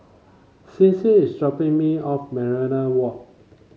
Sincere is dropping me off Minaret Walk